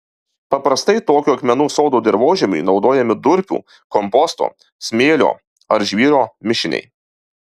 paprastai tokio akmenų sodo dirvožemiui naudojami durpių komposto smėlio ar žvyro mišiniai